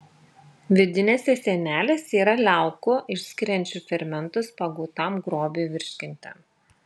vidinėse sienelėse yra liaukų išskiriančių fermentus pagautam grobiui virškinti